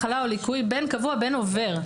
מחלה או ליקוי בין קבוע ובין עובר.